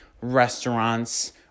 restaurants